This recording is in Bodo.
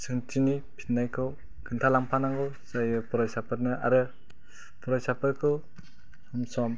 सोंथिनि फिननायखौ खोन्थालांफानांगौ जायो फरायसाफोरनो आरो फरायसाफोरखौ सम सम